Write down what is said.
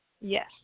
Yes